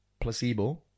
placebo